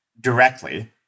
directly